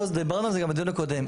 דיברנו על זה גם בדיון הקודם.